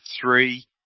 three